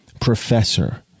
professor